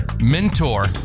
mentor